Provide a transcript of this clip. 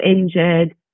injured